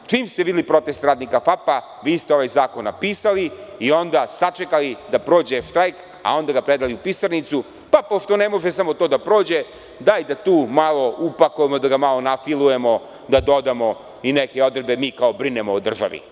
Čim ste videli protest radnika FAP-a, vi ste ovaj zakon napisali, sačekali da prođe štrajk, a onda ga predali u pisarnicu, pa pošto ne može samo to da prođe, daj da ga malo upakujemo, da ga malo nafilujemo, da dodamo i neke odredbe, mi, kao, brinemo o državi.